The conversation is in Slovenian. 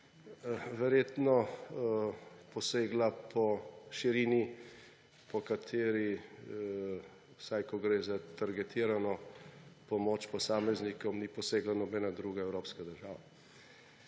verjetno posegla po širini, po kateri, vsaj ko gre za targetirano pomoč posameznikom, ni posegla nobena druga evropska država.